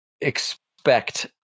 expect